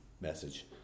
message